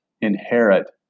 inherit